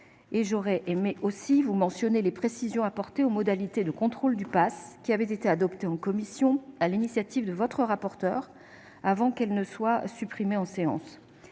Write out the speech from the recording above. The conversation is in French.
J'aimerais également mentionner les précisions apportées quant aux modalités de contrôle du passe, qui avaient été adoptées en commission sur l'initiative de votre rapporteur, avant qu'elles ne soient supprimées en séance.